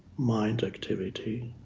mind activity.